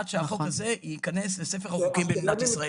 עד שהחוק הזה ייכנס לספר החוקים של מדינת ישראל.